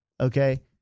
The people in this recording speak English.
okay